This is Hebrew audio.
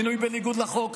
מינוי בניגוד לחוק,